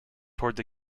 towards